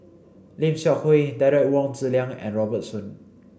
Lim Seok Hui Derek Wong Zi Liang and Robert Soon